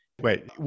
wait